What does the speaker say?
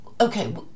okay